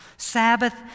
Sabbath